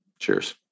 Cheers